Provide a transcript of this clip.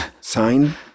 Sign